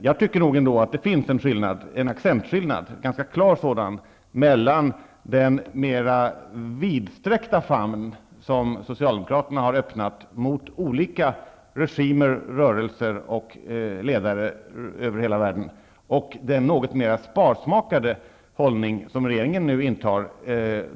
Jag tycker att det finns en ganska klar accentskillnad mellan den mera vidsträckta famn som Socialdemokraterna har öppnat mot olika regimer, rörelser och ledare över hela världen och den något mera sparsmakade hållning som regeringen nu intar.